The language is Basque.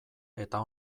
eta